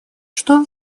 что